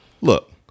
Look